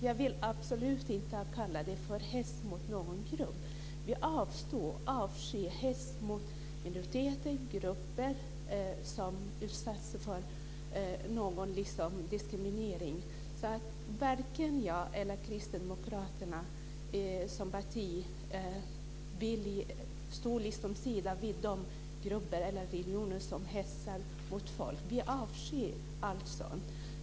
Jag vill absolut inte kalla det för hets mot någon grupp. Jag avskyr hets mot minoriteter och grupper som utsätts för diskriminering. Varken jag eller Kristdemokraterna som parti vill stå på samma sida som de grupper eller religioner som hetsar mot folk. Vi avskyr allt sådant.